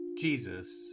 Jesus